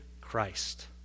Christ